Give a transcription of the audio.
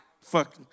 Fuck